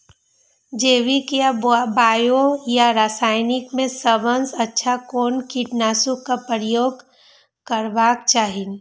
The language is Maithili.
जैविक या बायो या रासायनिक में सबसँ अच्छा कोन कीटनाशक क प्रयोग करबाक चाही?